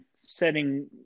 setting